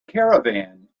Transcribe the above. caravan